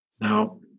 Now